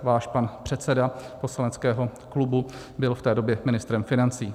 Váš pan předseda poslaneckého klubu byl v té době ministrem financí.